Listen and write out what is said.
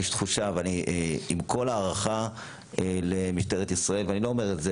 יש תחושה ואני עם כל הערכה למשטרת ישראל ואני לא אומר את זה